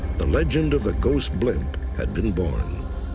the legend of the ghost blimp had been born.